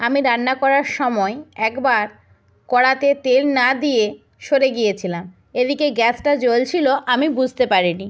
আমি রান্না করার সময় একবার কড়াতে তেল না দিয়ে সরে গিয়েছিলাম এদিকে গ্যাসটা জ্বলছিলো আমি বুঝতে পারে নি